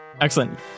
Excellent